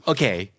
Okay